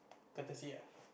courtesy ah